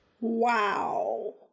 wow